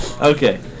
Okay